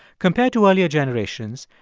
compared to earlier generations,